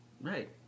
right